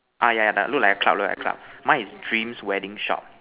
ah yeah yeah look like a cloud look like cloud mine is dreams wedding shop